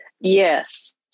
Yes